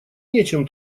нечем